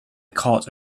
caught